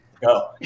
Go